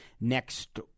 next